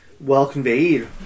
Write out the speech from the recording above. well-conveyed